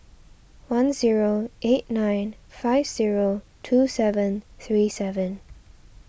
one zero eight nine five zero two seven three seven